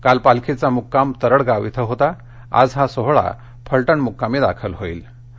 काल पालखीचा मुक्काम तरङगाव इथं होता आज हा सोहोळा फलटण मुक्कामी दाखल होइल